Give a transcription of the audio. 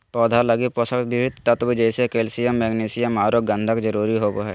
पौधा लगी पोषक वृहत तत्व जैसे कैल्सियम, मैग्नीशियम औरो गंधक जरुरी होबो हइ